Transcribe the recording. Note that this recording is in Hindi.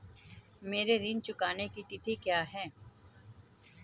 मेरे ऋण चुकाने की तिथि क्या है?